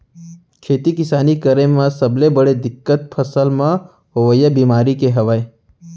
खेती किसानी करे म सबले बड़े दिक्कत फसल म होवइया बेमारी के हवय